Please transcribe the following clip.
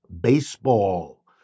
Baseball